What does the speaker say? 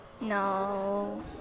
No